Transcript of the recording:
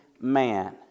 man